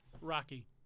Rocky